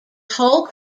whole